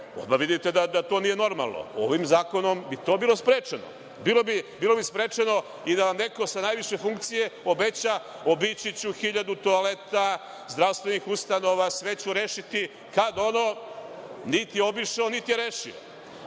Odmah vidite da to nije normalno. Ovim zakonom bi to bilo sprečeno. Bilo bi sprečeno i da vam neko sa najviše funkcije obeća obići ću hiljadu toaleta zdravstvenih ustanova, sve ću rešiti. Kada ono niti je obišao, niti je rešio.